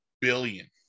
billion